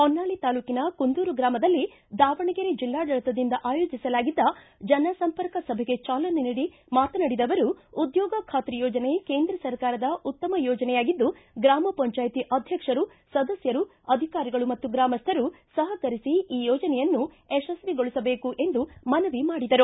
ಹೊನ್ನಾಳಿ ತಾಲ್ಲೂಕಿನ ಕುಂದೂರು ಗ್ರಾಮದಲ್ಲಿ ದಾವಣಗೆರೆ ಜಿಲ್ಲಾಡಳಿತದಿಂದ ಆಯೋಜಿಸಲಾಗಿದ್ದ ಜನಸಂಪರ್ಕ ಸಭೆಗೆ ಚಾಲನೆ ನೀಡಿ ಮಾತನಾಡಿದ ಅವರು ಉದ್ಯೋಗ ಖಾತ್ರಿ ಯೋಜನೆ ಕೇಂದ್ರ ಸರ್ಕಾರದ ಉತ್ತಮ ಯೋಜನೆಯಾಗಿದ್ದು ಗ್ರಾಮಪಂಚಾಯತಿ ಅಧ್ಯಕ್ಷರು ಸದಸ್ಯರು ಅಧಿಕಾರಿಗಳು ಮತ್ತು ಗ್ರಾಮಸ್ಯರು ಸಹಕರಿಸಿ ಈ ಯೋಜನೆಯನ್ನು ಯಶಸ್ವಿಗೊಳಿಸಬೇಕು ಎಂದು ಮನವಿ ಮಾಡಿದರು